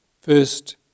first